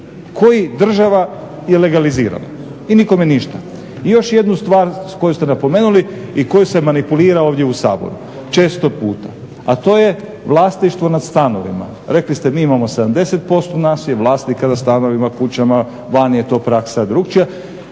koji država je legalizirala i nikome ništa. I još jednu stvar koju ste napomenuli i koju se manipulira ovdje u Saboru često puta a to je vlasništvo nad stanovima. Rekli ste mi imamo 70%, nas je vlasnika na stanovima, kućama, vani je to praksa drukčija.